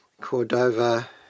Cordova